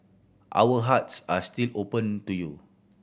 our hearts are still open to you